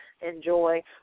enjoy